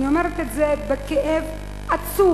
אני אומרת את זה בכאב עצום.